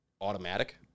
automatic